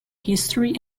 history